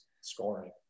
scoring